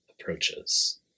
approaches